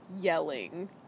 yelling